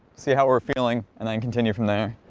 see how we're feeling and then continue from there.